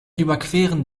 überqueren